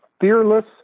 Fearless